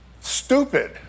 stupid